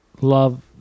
love